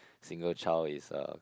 single child is a